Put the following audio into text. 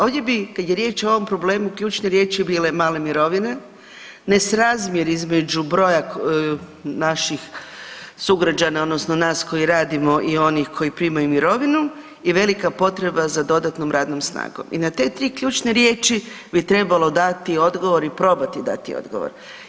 Ovdje bi kad je riječ o ovom problemu ključne riječi bile male mirovine, nesrazmjer između broja naših sugrađana odnosno nas koji radimo i onih koji primaju mirovinu i velika potreba za dodatnom radnom snagom i na te tri ključne riječi bi trebalo dati odgovor i probati dati odgovor.